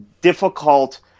difficult –